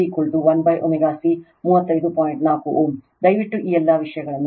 4 Ω ದಯವಿಟ್ಟು ಈ ಎಲ್ಲ ವಿಷಯಗಳನ್ನು ಲೆಕ್ಕಹಾಕಿ